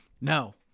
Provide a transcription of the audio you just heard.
No